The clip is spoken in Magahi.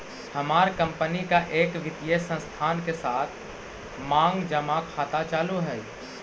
हमार कंपनी का एक वित्तीय संस्थान के साथ मांग जमा खाता चालू हई